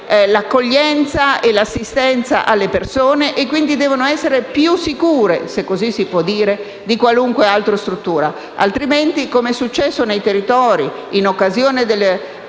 l'accoglienza e l'assistenza alle persone e, quindi, devono essere più sicure - se così si può dire - di qualunque altra struttura. Altrimenti, come è successo nei territori in occasione del